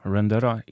Rendera